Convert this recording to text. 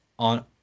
On